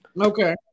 okay